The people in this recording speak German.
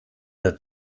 der